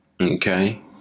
okay